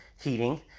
heating